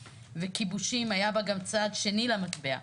היה בה צד שני למטבע.